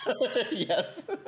yes